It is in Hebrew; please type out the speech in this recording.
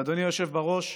ואדוני היושב בראש,